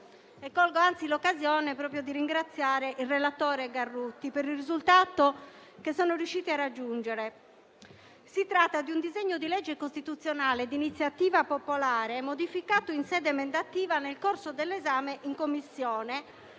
e colgo anzi l'occasione proprio per ringraziare il relatore Garruti per il risultato che si è riusciti a raggiungere. Si tratta di un disegno di legge costituzionale di iniziativa popolare, modificato in sede emendativa nel corso dell'esame in Commissione,